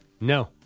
No